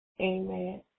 Amen